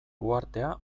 uhartea